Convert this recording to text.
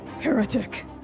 Heretic